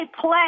play